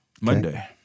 Monday